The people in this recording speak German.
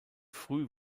früh